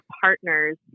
partners